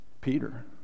Peter